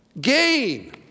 Gain